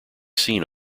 seen